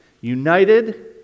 united